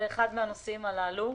וזה אחד מן הנושאים הללו.